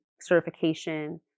certification